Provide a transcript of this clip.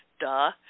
Duh